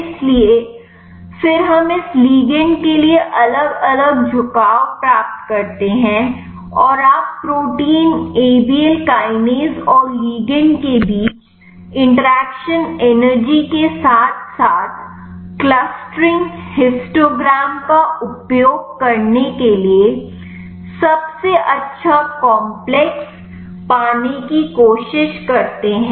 इसलिए फिर हम इस लिगंड के लिए अलग अलग झुकाव प्राप्त करते हैं और आप protein A B L kinase और लिगंड के बीच इंटरेक्शन एनर्जी के साथ साथ क्लस्टरिंग हिस्टोग्राम का उपयोग करने के लिए सबसे अच्छा काम्प्लेक्स पाने की कोशिश करते हैं